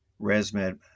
ResMed